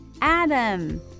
Adam